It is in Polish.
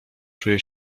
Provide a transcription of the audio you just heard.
czuje